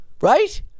Right